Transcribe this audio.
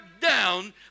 down